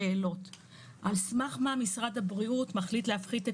על סמך מה משרד הבריאות מחליט להפחית את